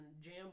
jam